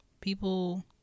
people